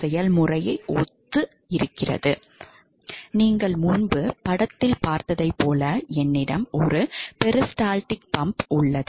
Refer Slide Time 0621 நீங்கள் முன்பு படத்தில் பார்த்ததைப் போல என்னிடம் ஒரு பெரிஸ்டால்டிக் பம்ப் உள்ளது